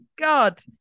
god